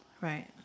right